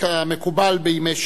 מירי רגב,